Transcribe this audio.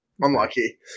Unlucky